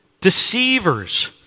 Deceivers